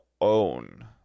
own